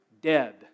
dead